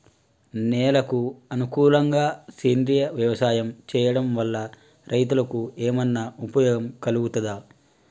నేలకు అనుకూలంగా సేంద్రీయ వ్యవసాయం చేయడం వల్ల రైతులకు ఏమన్నా ఉపయోగం కలుగుతదా?